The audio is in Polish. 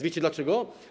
Wiecie dlaczego?